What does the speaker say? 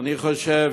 אני חושב